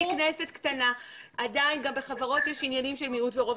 גם בחברות יש עניינים של מיעוט ורוב.